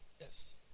Yes